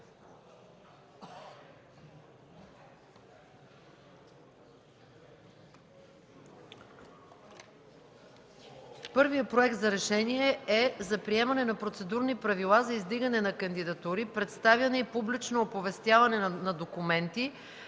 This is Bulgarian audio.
Първият Проект за решение е за приемане на Процедурни правила за издигане на кандидатури, представяне и публично оповестяване на документи